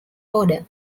order